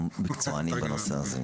המטריה של הר"י חשובה ומקצועית.